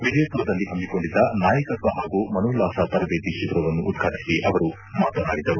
ವಿಜಯಪುರದಲ್ಲಿ ಹಮ್ಮಿಕೊಂಡಿದ್ದ ನಾಯಕತ್ವ ಹಾಗೂ ಮನೋಲ್ಲಾಸ ತರಬೇತಿ ಶಿಬಿರವನ್ನು ಉದ್ವಾಟಿಸಿ ಅವರು ಮಾತನಾಡಿದರು